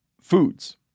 foods